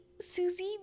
Susie